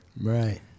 Right